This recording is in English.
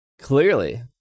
clearly